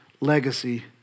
legacy